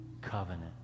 covenant